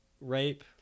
rape